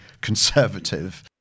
conservative